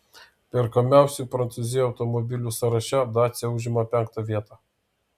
perkamiausių prancūzijoje automobilių sąraše dacia užima penktą vietą